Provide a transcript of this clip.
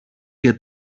και